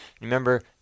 Remember